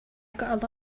got